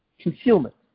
concealment